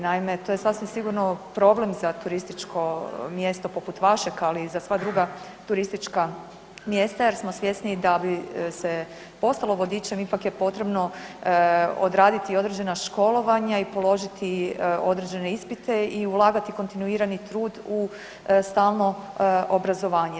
Naime, to je sasvim sigurno problem za turističko mjesto poput vašeg ali i za sva druga turistička mjesta jer smo svjesni da bi se postalo vodičem, ipak je potrebno odraditi određena školovanja i položiti određene ispite i ulagati kontinuirani trud i stalno obrazovanje.